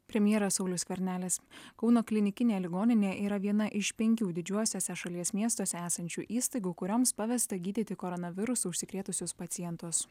premjeras saulius skvernelis kauno klinikinė ligoninė yra viena iš penkių didžiuosiuose šalies miestuose esančių įstaigų kurioms pavesta gydyti koronavirusu užsikrėtusius pacientus